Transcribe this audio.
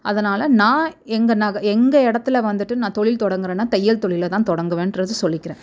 அதனால் நான் எங்கள் நக எங்கள் இடத்துல வந்துட்டு நான் தொழில் தொடங்குறேன்னா தையல் தொழிலை தான் தொடங்குவேன்றது சொல்லிக்கிறேன்